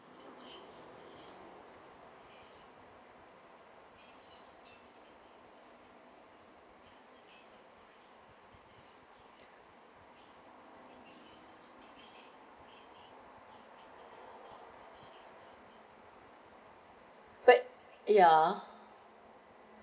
but ya